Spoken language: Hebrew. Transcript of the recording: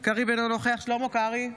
גלעד קריב, אינו נוכח שלמה קרעי,